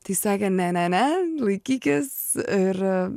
tai sakė ne ne ne laikykis ir